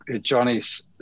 johnny's